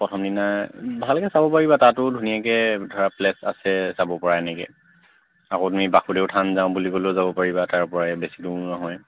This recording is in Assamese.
প্ৰথম দিনা ভালকৈ চাব পাৰিবা তাতো ধুনীয়াকৈ ধৰা প্লেছ আছে চাব পৰা এনেকৈ আকৌ তুমি বাসুদেউ থান যাওঁ বুলি ক'লেও যাব পাৰিবা তাৰপৰাই বেছি দূৰ নহয়